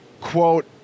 quote